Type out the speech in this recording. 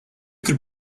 could